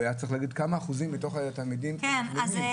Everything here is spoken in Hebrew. הוא היה צריך להגיד כמה אחוזים מתוך התלמידים הם פטורים.